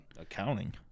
accounting